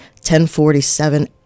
1047